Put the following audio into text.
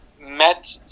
met